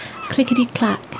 clickety-clack